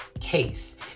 Case